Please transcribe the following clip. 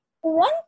One